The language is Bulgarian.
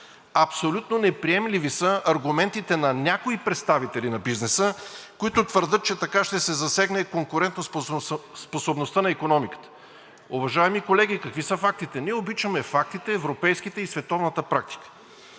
Абсолютно неприемливи са аргументите на някои представители на бизнеса, които твърдят, че така ще се засегне конкурентоспособността на икономиката. Уважаеми колеги, какви са фактите? Ние обичаме фактите, европейските, и световната практика.